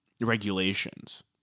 regulations